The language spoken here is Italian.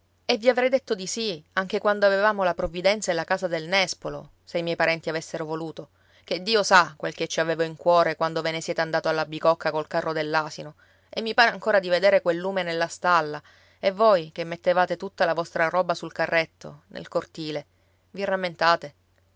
e vi avrei detto di sì anche quando avevamo la provvidenza e la casa del nespolo se i miei parenti avessero voluto che dio sa quel che ci avevo in cuore quando ve ne siete andato alla bicocca col carro dell'asino e mi pare ancora di vedere quel lume nella stalla e voi che mettevate tutta la vostra roba sul carretto nel cortile vi rammentate